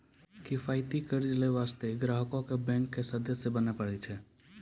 किफायती कर्जा लै बास्ते ग्राहको क बैंक के सदस्य बने परै छै